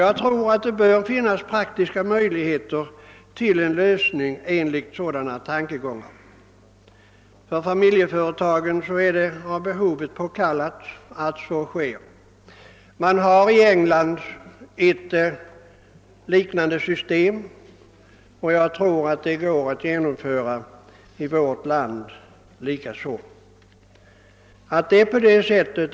Jag tror att det bör finnas praktiska möjligheter till en lösning enligt sådana linjer. För familjeföretagen är det av behovet påkallat att så sker. Man har i England ett liknande system, och det går säkerligen att genomföra också i vårt land.